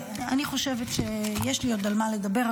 אני חושבת שיש לי עוד על מה לדבר,